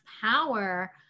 power